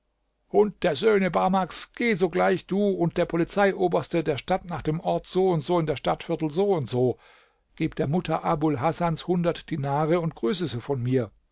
hund der söhne barmaks geh sogleich du und der polizeioberste der stadt nach dem ort so und so in das stadtviertel so und so gib der mutter abul hasans hundert dinare und grüße sie von mir